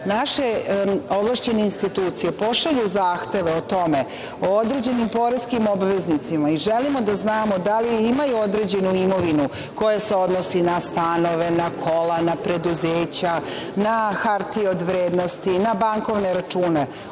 naše ovlašćene institucije pošalju zahteve o tome, o određenim poreskim obveznicima i želimo da znamo da li imaju određenu imovinu, koja se odnosi na stanove, na kola, na preduzeća, na hartije od vrednosti, na bankovne račune,